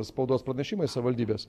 spaudos pranešimai savivaldybės